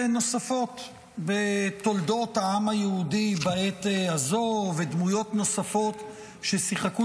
נוספות בתולדות העם היהודי בעת הזו ודמויות נוספות ששיחקו